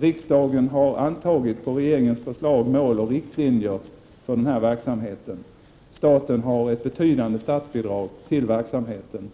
Riksdagen har antagit, på regeringens förslag, mål och riktlinjer för verksamheten. Staten ger ett betydande bidrag till verksamheten.